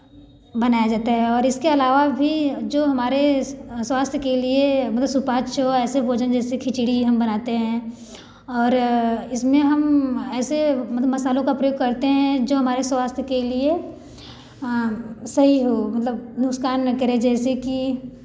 बनाया जाता है और इसके अलावा भी जो हमारे स्वास्थ्य के लिए मतलब सुपाच्य हो ऐसे भोजन जैसे खिचड़ी हम बनाते हैं और इसमें हम ऐसे मतलब मसालों का प्रयोग करते हैं जो हमारे स्वास्थ के लिए सही हो मतलब नुक़सान ना करे जैसे कि